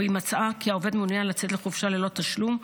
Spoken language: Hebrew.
או אם מצאה כי העובד מעוניין לצאת לחופשה ללא תשלום,